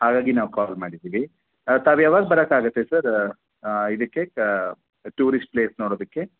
ಹಾಗಾಗಿ ನಾವು ಕಾಲ್ ಮಾಡಿದ್ದೀವಿ ತಾವು ಯಾವಾಗ ಬರಕ್ಕಾಗತ್ತೆ ಸರ್ ಇದಕ್ಕೆ ಟೂರಿಸ್ಟ್ ಪ್ಲೇಸ್ ನೋಡೋದಕ್ಕೆ